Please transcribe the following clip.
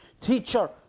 Teacher